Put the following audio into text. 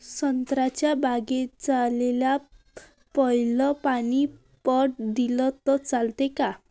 संत्र्याच्या बागीचाले पयलं पानी पट दिलं त चालन का?